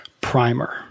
Primer